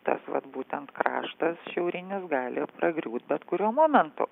tas vat būtent kraštas šiaurinis gali pragriūt bet kuriuo momentu